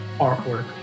artwork